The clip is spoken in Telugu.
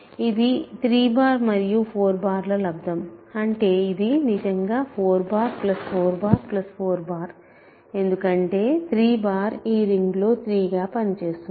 ఇది 3 మరియు 4ల లబ్దం అంటే ఇది నిజంగా 4 44 ఎందుకంటే 3 ఈ రింగ్లో 3 గా పనిచేస్తుంది